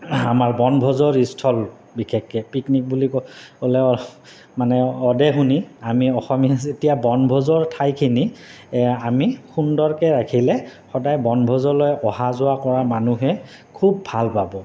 আমাৰ বনভোজৰ স্থল বিশেষকৈ পিকনিক বুলি ক'লে মানে অদে শুনি আমি অসমীয়া যেতিয়া বনভোজৰ ঠাইখিনি আমি সুন্দৰকৈ ৰাখিলে সদায় বনভোজলৈ অহা যোৱা কৰা মানুহে খুব ভাল পাব